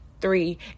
three